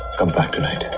come back tonight.